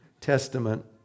Testament